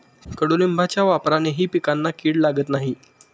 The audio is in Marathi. कडुलिंबाच्या वापरानेही पिकांना कीड लागत नाही